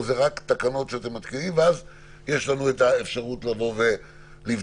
או שאלה רק תקנות שאתם מתקינים ואז יש לנו את האפשרות לבדוק,